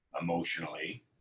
emotionally